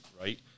right